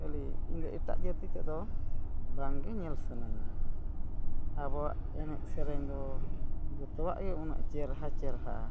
ᱠᱷᱟᱹᱞᱤ ᱤᱧ ᱫᱚ ᱮᱴᱟᱜ ᱡᱟᱹᱛᱤ ᱛᱮᱫᱚ ᱵᱟᱝ ᱜᱮ ᱧᱮᱞ ᱥᱟᱱᱟᱧᱟᱹ ᱟᱵᱚᱣᱟᱜ ᱮᱱᱮᱡ ᱥᱮᱨᱮᱧ ᱫᱚ ᱡᱚᱛᱚᱣᱟᱜ ᱜᱮ ᱩᱱᱟᱹᱜ ᱪᱮᱨᱦᱟ ᱪᱮᱨᱦᱟ